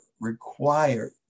required